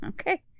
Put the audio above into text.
Okay